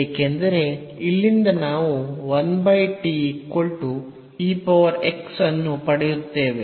ಏಕೆಂದರೆ ಇಲ್ಲಿಂದ ನಾವು 1 t e x ಅನ್ನು ಪಡೆಯುತ್ತೇವೆ